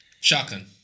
Shotgun